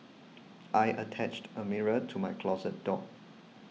I attached a mirror to my closet door